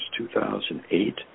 2008 –